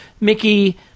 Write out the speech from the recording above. Mickey